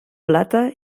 plata